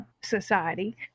society